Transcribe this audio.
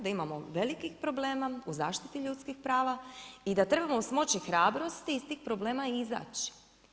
Da imamo velikih problema u zaštiti ljudskih prava i da trebamo smoči hrabrosti i iz tih problema izaći.